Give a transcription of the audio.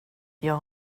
jag